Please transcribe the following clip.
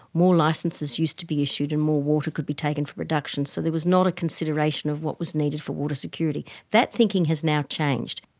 more licences used to be issued and more water could be taken for production. so there was not a consideration of what was needed for water security. that thinking has now changed.